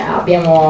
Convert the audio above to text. abbiamo